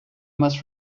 must